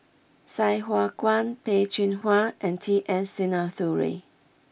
Sai Hua Kuan Peh Chin Hua and T S Sinnathuray